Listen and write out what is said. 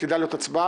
עתידה להיות הצבעה,